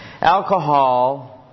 alcohol